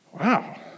Wow